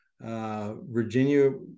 Virginia